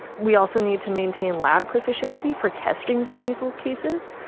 we also need to maintain lab proficiency for testing for measles cases.